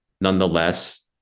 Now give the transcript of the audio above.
nonetheless